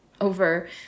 over